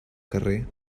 carrer